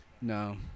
No